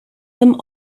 them